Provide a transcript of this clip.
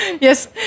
Yes